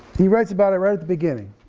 he writes about it right at the beginning.